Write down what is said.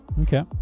Okay